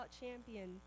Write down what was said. champion